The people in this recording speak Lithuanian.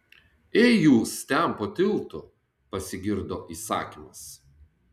ei jūs ten po tiltu pasigirdo įsakymas